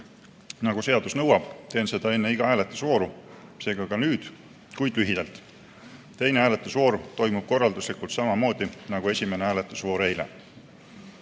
Nagu seadus nõuab, teen seda enne iga hääletusvooru, seega ka nüüd, kuid lühidalt. Teine hääletusvoor toimub korralduslikult samamoodi nagu [toimus] esimene hääletusvoor eile.